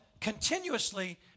continuously